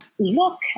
Look